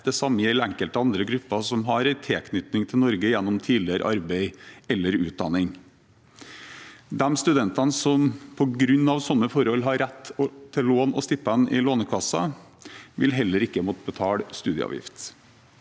Det samme gjelder enkelte andre grupper som har en tilknytning til Norge gjennom tidligere arbeid eller utdanning. De studentene som på grunn av sånne forhold har rett til lån og stipend i Lånekassen, vil heller ikke måtte betale studieavgift.